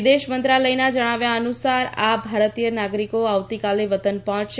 વિદેશ મંત્રાલયના જણાવ્યા અનુસાર આ ભારતીય નાગરિકો આવતીકાલે વતન પહોંચશે